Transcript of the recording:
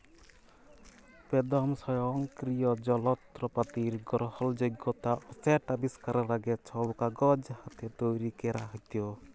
বেদম স্বয়ংকিরিয় জলত্রপাতির গরহলযগ্যতা অ সেট আবিষ্কারের আগে, ছব কাগজ হাতে তৈরি ক্যরা হ্যত